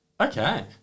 Okay